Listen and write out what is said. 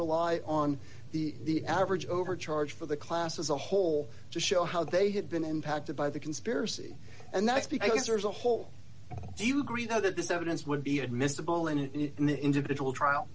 rely on the the average over charge for the class as a whole to show how they had been impacted by the conspiracy and that's because there's a whole do you agree though that this evidence would be admissible in an individual trial